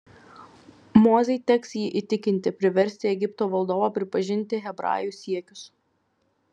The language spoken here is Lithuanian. mozei teks jį įtikinti priversti egipto valdovą pripažinti hebrajų siekius